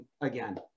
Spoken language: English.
again